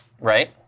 right